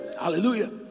Hallelujah